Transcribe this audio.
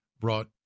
brought